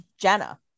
jenna